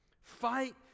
Fight